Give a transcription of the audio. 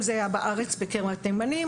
אם זה בארץ בכרם התימנים,